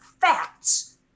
facts